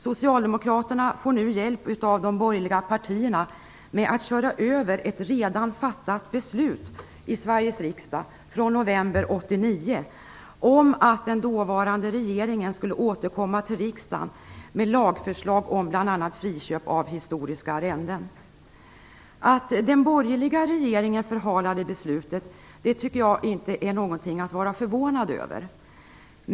Socialdemokraterna får nu hjälp av de borgerliga partierna med att köra över ett redan fattat beslut i Sveriges riksdag från november 1989 om att den dåvarande regeringen skulle återkomma till riksdagen med lagförslag om bl.a. friköp av historiska arrenden. Att den borgerliga regeringen förhalade beslutet är inte någonting att vara förvånad över.